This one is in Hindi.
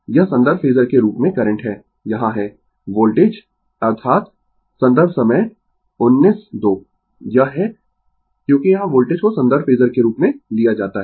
यह संदर्भ फेजर के रूप में करंट है यहाँ है वोल्टेज अर्थात संदर्भ समय 1902 यह है क्योंकि यहां वोल्टेज को संदर्भ फेजर के रूप में लिया जाता है